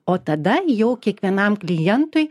o tada jau kiekvienam klientui